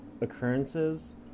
occurrences